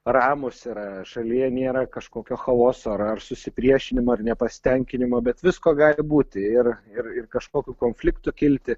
ramūs yra šalyje nėra kažkokio chaoso ar ar susipriešinimo ar nepasitenkinimo bet visko gali būti ir ir ir kažkokių konfliktų kilti